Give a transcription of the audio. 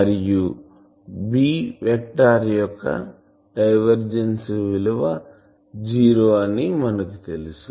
మరియు B vector యొక్క divergence యొక్కవిలువ జీరో అని మనకు తెలుసు